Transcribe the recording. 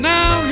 Now